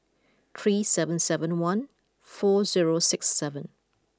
three seven seven one four zero six seven